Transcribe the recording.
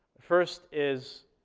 first is